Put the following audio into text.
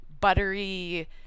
buttery